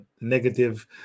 negative